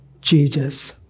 Jesus